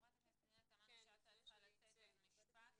חברת הכנסת פנינה תמנו-שטה צריכה לצאת, אז משפט.